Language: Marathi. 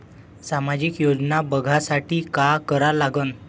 सामाजिक योजना बघासाठी का करा लागन?